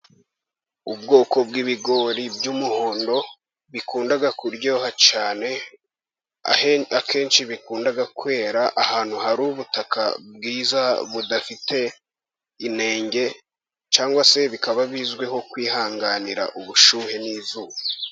Ubwoko bw'ibigori by'umuhondo bikunda kuryoha cyane. Akenshi bikunda kwera ahantu hari ubutaka bwiza budafite inenge. Cyangwa se bikaba bizwiho kwihanganira ubushyuhe n'izuba.